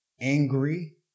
angry